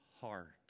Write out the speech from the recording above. heart